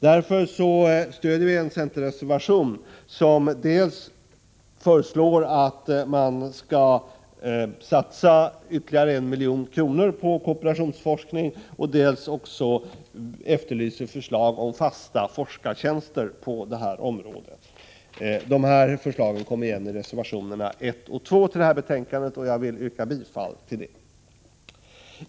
Därför stöder vi den centerreservation där man dels föreslår att ytterligare 1 milj.kr. satsas på kooperationsforskningen, dels efterlyser förslag om fasta forskartjänster på det här området. Dessa förslag återfinns i reservationerna 1 och 2 som är fogade till vid betänkandet. Jag yrkar bifall till dessa.